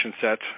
set